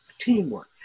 teamwork